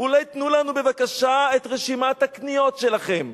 אולי תנו לנו בבקשה את רשימת הקניות שלכם.